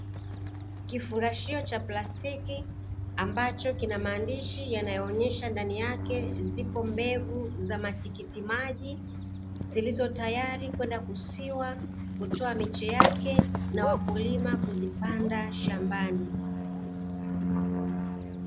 Kifungashio cha plastiki, ambacho kina maandishi yanayoonyesha ndani yake zipo mbegu za matikiti maji, zilizo tayari kwenda kusiwa, kutoa miche yake na wakulima kuzipanda shambani.